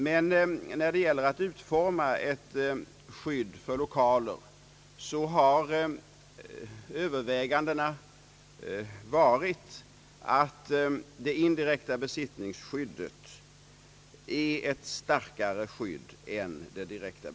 Men när det gällt att utforma ett skydd för lokaler har resultatet av övervägandena blivit att det indirekta besittningsskyddet är starkare än det direkta.